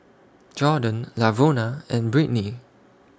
Jorden Lavona and Britni